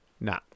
Nah